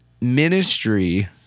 ministry